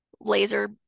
laser